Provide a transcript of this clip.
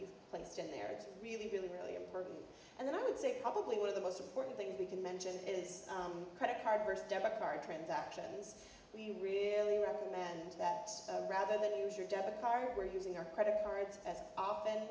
you've placed in there it's really really really important and then i would say probably one of the most important things we can mention is credit card first democratic transactions we really recommend that rather than use your debit card we're using our credit cards as often